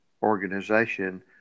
organization